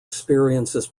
experiences